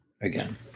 again